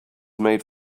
made